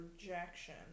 rejection